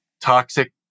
toxic